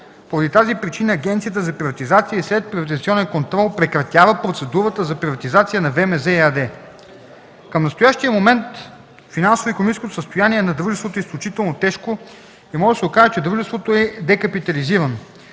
Поради тази причина Агенцията за приватизация и следприватизационен контрол прекратява процедурата за приватизация на ВМЗ ЕАД. Към настоящия момент финансово-икономическото състояние на дружеството е изключително тежко и може да се каже, че дружеството е декапитализирано.